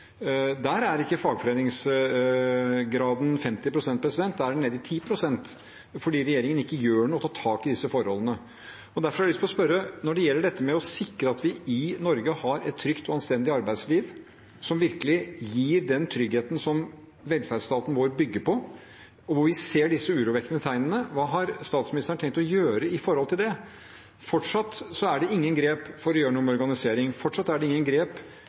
Der er ikke fagforeningsgraden 50 pst., der er den nede i 10 pst., fordi regjeringen ikke gjør noe og tar tak i disse forholdene. Derfor har jeg lyst til å spørre: Når det gjelder det å sikre at vi i Norge har et trygt og anstendig arbeidsliv, som virkelig gir den tryggheten som velferdsstaten vår bygger på, og hvor vi ser disse urovekkende tegnene: Hva har statsministeren tenkt å gjøre med det? Fortsatt er det ingen grep for å gjøre noe med organisering. Fortsatt er det ingen grep